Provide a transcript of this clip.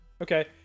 Okay